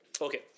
Okay